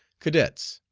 cadets.